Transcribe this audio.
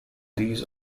these